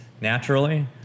naturally